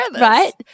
right